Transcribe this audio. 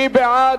מי בעד?